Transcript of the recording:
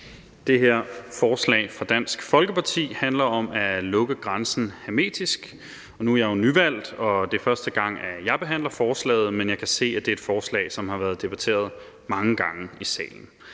Det her forslag fra Dansk Folkeparti handler om at lukke grænsen hermetisk. Nu er jeg jo nyvalgt, og det er første gang, jeg er med til at behandle forslaget, men jeg kan se, at det er et forslag, som har været debatteret mange gange i salen.